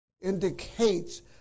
indicates